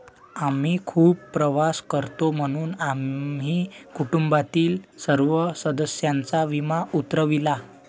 आम्ही खूप प्रवास करतो म्हणून आम्ही कुटुंबातील सर्व सदस्यांचा विमा उतरविला